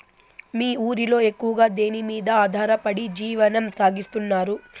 మీ ఊరిలో ఎక్కువగా దేనిమీద ఆధారపడి జీవనం సాగిస్తున్నారు?